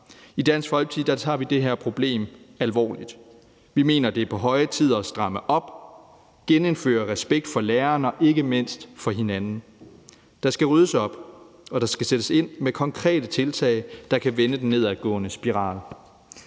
I Dansk Folkeparti tager vi det her problem alvorligt. Vi mener, det er på høje tid at stramme op, genindføre respekt for læreren og ikke mindst for hinanden. Der skal ryddes op, og der skal sættes ind med konkrete tiltag, der kan vende den nedadgående spiral.